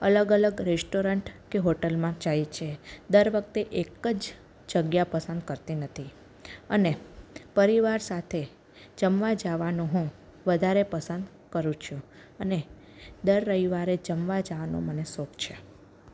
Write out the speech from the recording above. અલગ અલગ રેસ્ટોરન્ટ કે હોટલમાં જાય છે દર વખતે એક જ જગ્યા પસંદ કરતી નથી અને પરિવાર સાથે જમવા જાવાનું હું વધારે પસંદ કરું છું અને દર રવિવારે જમવા જવાનો મને શોખ છે